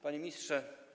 Panie Ministrze!